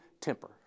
temper